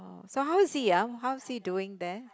so how is he ah how is he doing there